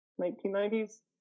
1990s